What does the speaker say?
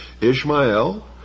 Ishmael